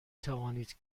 توانید